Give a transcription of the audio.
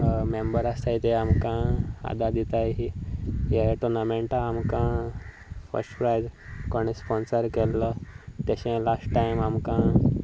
member आसतात ते आमकां आदार दितात ही हे टोर्नामेंटा आमकां फस्ट प्रायज कोणें स्पोन्सर केल्लो तशें लास्ट टायम आमकां